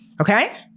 Okay